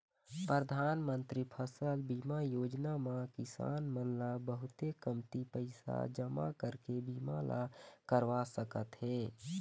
परधानमंतरी फसल बीमा योजना म किसान मन ल बहुते कमती पइसा जमा करके बीमा ल करवा सकत हे